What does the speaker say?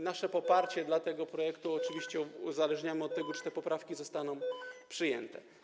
Nasze poparcie dla tego projektu oczywiście uzależniamy od tego, czy te poprawki zostaną przyjęte.